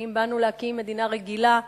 האם באנו להקים מדינה רגילה?